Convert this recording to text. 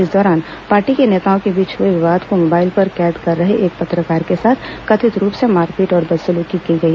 इस दौरान पार्टी के नेताओं के बीच हुए विवाद को मोबाइल पर कैद कर रहे एक पत्रकार के साथ कथित रूप से मारपीट और बदसलूकी की गई